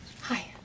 Hi